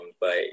but-